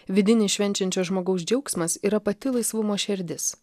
vidinis švenčiančio žmogaus džiaugsmas yra pati laisvumo širdis